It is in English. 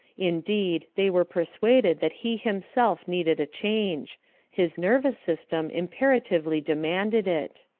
indeed, they were persuaded that he himself needed a change his nervous system imperatively demanded it.